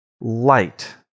light